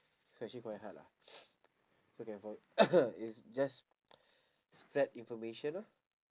so actually quite hard lah so can for it's just spread information lor